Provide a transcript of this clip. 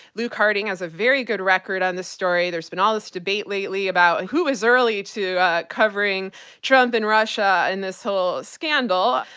luke harding has a very good record on this story. there's been all this debate lately about who was early to be ah covering trump and russia and this whole scandal.